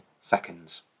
seconds